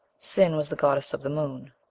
sin was the goddess of the moon.